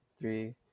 Three